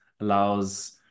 allows